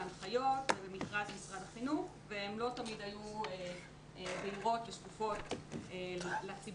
בהנחיות ובמכרז משרד החינוך והם לא תמיד היו בהירות ושקופות לציבור,